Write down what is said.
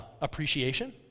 appreciation